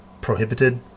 prohibited